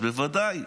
בוודאי,